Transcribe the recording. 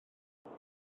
tocyn